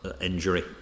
injury